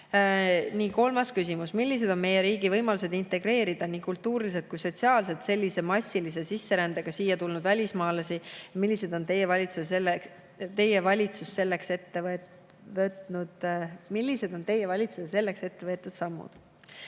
Kolmas küsimus: "Millised on meie riigi võimalused integreerida nii kultuuriliselt kui sotsiaalselt sellise massilise sisserändega siia tulnud välismaalasi ja millised on Teie valitsuse selleks ette võetud sammud?"